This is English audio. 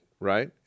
Right